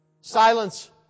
Silence